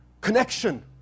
connection